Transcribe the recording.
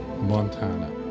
Montana